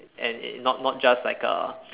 and it not not just like a